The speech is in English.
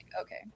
okay